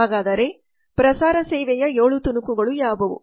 ಹಾಗಾದರೆ ಪ್ರಸಾರ ಸೇವೆಯ 7 ತುಣುಕುಗಳು ಯಾವುವು